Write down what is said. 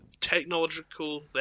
technological